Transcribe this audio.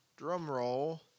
Drumroll